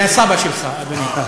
זה הסבא שלך, אדוני.